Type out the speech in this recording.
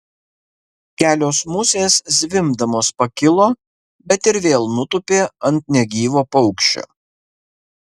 kelios musės zvimbdamos pakilo bet ir vėl nutūpė ant negyvo paukščio